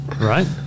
Right